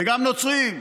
וגם נוצרים,